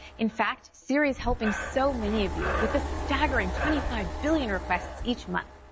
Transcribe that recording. in fact, siri's helping so many of you with a staggering twenty five billion requests each month.